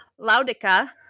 Laudica